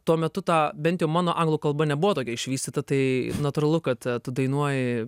tuo metu tą bent jau mano anglų kalba nebuvo tokia išvystyta tai natūralu kad tu dainuoji